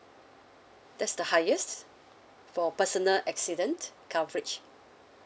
that's the highest for personal accident coverage